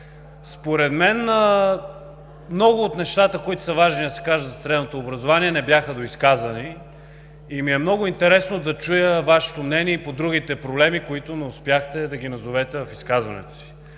според мен много от нещата, които са важни да се кажат за средното образование, не бяха доизказани. Много ми е интересно да чуя Вашето мнение и по другите проблеми, които не успяхте да назовете в изказването си.